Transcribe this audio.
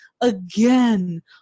again